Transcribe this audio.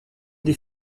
des